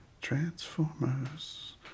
Transformers